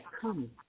come